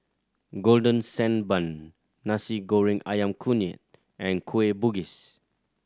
Golden Sand Bun Nasi Goreng Ayam Kunyit and Kueh Bugis